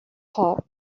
hot